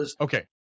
Okay